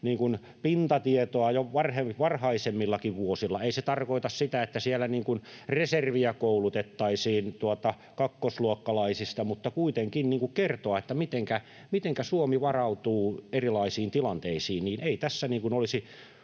pintatietoa jo varhaisemmillakin vuosilla. Ei se tarkoita sitä, että siellä reserviä koulutettaisiin kakkosluokkalaisista, mutta kuitenkin kerrottaisiin, mitenkä Suomi varautuu erilaisiin tilanteisiin. Ei tässä olisi